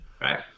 Right